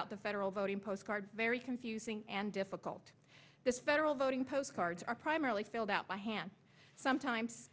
out the federal voting postcard very confusing and difficult this federal voting postcards are primarily filled out by hand sometimes